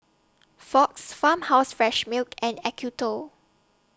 Fox Farmhouse Fresh Milk and Acuto